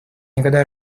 никогда